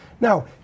Now